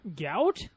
Gout